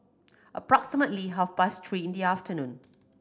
approximately half past three in the afternoon